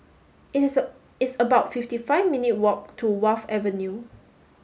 it is it's about fifty five minute walk to Wharf Avenue